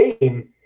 game